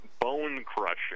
bone-crushing